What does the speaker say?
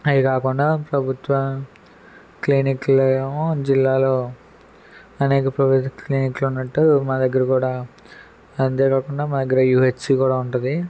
అవి కాకుండా ప్రభుత్వ క్లినిక్లు ఏమో జిల్లాలో అనేక ప్రొవిజన్ క్లినిక్లు ఉన్నట్టు మా దగ్గర కూడా అంతే కాకుండా మా దగ్గర యూహెచ్సీ కూడా ఉంటుంది